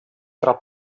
tra